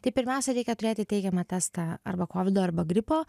tai pirmiausia reikia turėti teigiamą testą arba kovido arba gripo